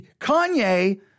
Kanye